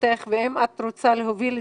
ואולי תרצי להוביל,